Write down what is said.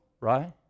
right